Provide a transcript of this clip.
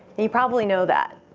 you probably know that.